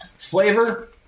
flavor